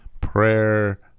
prayer